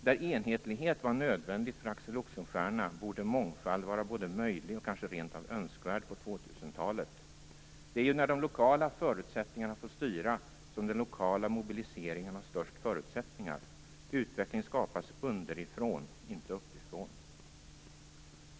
Där enhetlighet var nödvändigt för Axel Oxenstierna borde mångfald vara både möjligt och kanske rent av önskvärt på 2000-talet. Det är ju när de lokala förutsättningarna får styra som den lokala mobiliseringen har störst förutsättningar. Utveckling skapas underifrån, inte uppifrån.